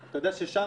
הדרך של לשלוח את